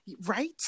right